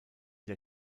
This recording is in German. der